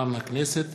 בנושא: